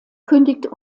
kündigt